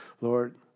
Lord